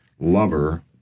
lover